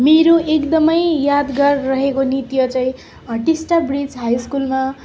मेरो एकदम यादगार रहेको नृत्य चाहिँ टिस्टा ब्रिज हाई स्कुलमा